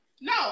No